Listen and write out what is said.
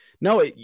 no